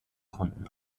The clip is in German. konnten